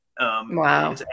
Wow